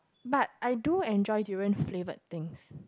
but I do enjoy durian flavour things